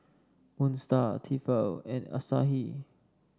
Moon Star Tefal and Asahi